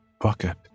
bucket